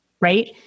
right